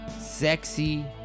sexy